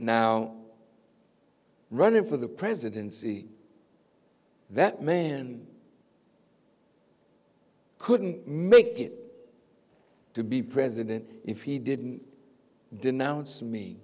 now running for the presidency that man couldn't make it to be president if he didn't denounce me